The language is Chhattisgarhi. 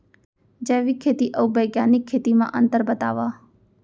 जैविक खेती अऊ बैग्यानिक खेती म अंतर बतावा?